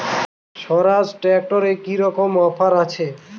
স্বরাজ ট্র্যাক্টরে কি রকম অফার আছে?